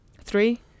Three